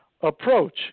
approach